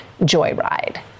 joyride